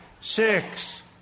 six